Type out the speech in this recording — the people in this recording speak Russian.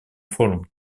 форум